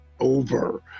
over